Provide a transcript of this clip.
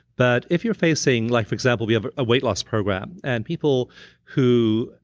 but if you're facing like, for example, we have a weight loss program, and people who.